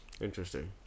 Interesting